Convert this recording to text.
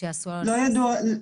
לא ידוע לי,